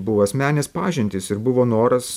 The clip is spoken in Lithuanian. buvo asmeninės pažintys ir buvo noras